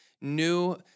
new